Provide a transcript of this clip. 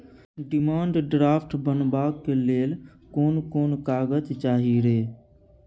Demand draft बनाबैक लेल कोन कोन कागज चाही रे?